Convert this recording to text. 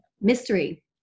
mystery